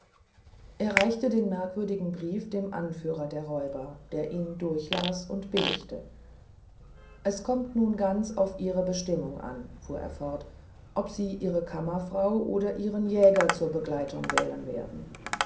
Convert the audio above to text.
er reichte den merkwürdigen brief dem anführer der räuber der ihn durchlas und billigte es kommt nun ganz auf ihre bestimmung an fuhr er fort ob sie ihre kammerfrau oder ihren jäger zur begleitung wählen werden